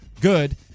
good